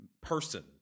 person